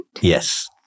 Yes